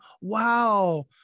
wow